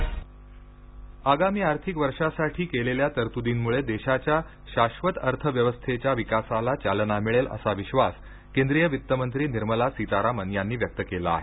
निर्मला सीतारामन आगामी आर्थिक वर्षासाठी केलेल्या तरतुदींमुळे देशाच्या शाश्वत अर्थव्यवस्थेच्या विकासाला चालना मिळेल असा विश्वास केंद्रिय वित्तमंत्री निर्मला सीतारामन यांनी व्यक्त केला आहे